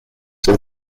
does